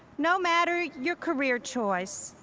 no matter your career choice,